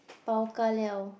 bao ka liao